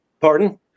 Pardon